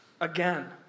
again